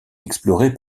exploré